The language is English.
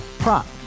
Prop